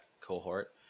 cohort